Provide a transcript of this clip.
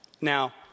Now